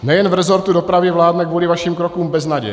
Nejen v resortu dopravy vládne kvůli vašim krokům beznaděj.